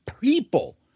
people